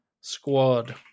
squad